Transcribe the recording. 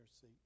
seat